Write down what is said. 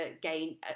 gain